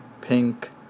pink